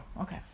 Okay